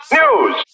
news